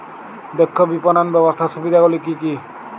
দক্ষ বিপণন ব্যবস্থার সুবিধাগুলি কি কি?